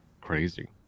Crazy